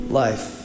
life